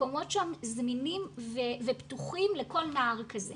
המקומות שם זמינים ופתוחים לכל נער כזה.